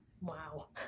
Wow